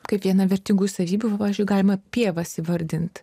kaip vieną vertingųjų savybių va pavyzdžiui galima pievas įvardint